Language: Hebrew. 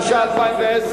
התש"ע 2010,